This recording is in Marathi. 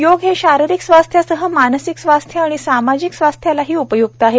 योग हे शारीरिक स्वास्थ्यासह मानसिक स्वास्थ्य व सामाजिक स्वास्थ्यालाही उपय्क्त आहे